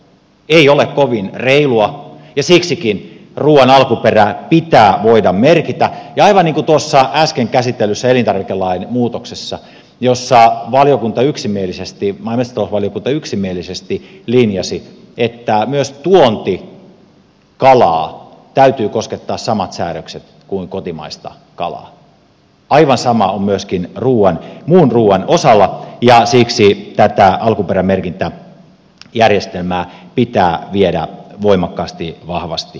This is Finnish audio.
ei ole kovin reilua ja siksikin ruuan alkuperä pitää voida merkitä ja aivan niin kuin tuossa äsken käsitellyssä elintarvikelain muutoksessa jossa maa ja metsätalousvaliokunta yksimielisesti linjasi että myös tuontikalaa täytyy koskettaa samat säädökset kuin kotimaista kalaa aivan sama on myöskin muun ruuan osalta ja siksi tätä alkuperämerkintäjärjestelmää pitää viedä voimakkaasti vahvasti eteenpäin